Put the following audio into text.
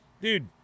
dude